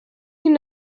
you